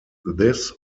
this